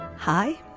Hi